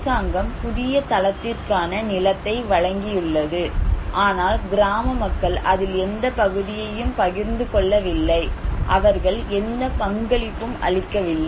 அரசாங்கம் புதிய தளத்திற்கான நிலத்தை வழங்கியுள்ளது ஆனால் கிராம மக்கள் அதில் எந்த பகுதியையும் பகிர்ந்து கொள்ளவில்லை அவர்கள் எந்த பங்களிப்பும் அளிக்கவில்லை